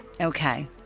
Okay